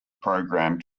program